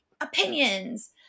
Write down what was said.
opinions